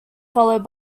followed